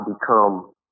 become